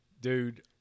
Dude